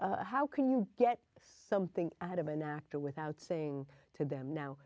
have how can you get something out of an actor without saying to them now